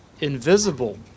invisible